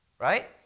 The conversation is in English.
right